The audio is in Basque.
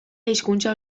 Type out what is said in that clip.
hizkuntza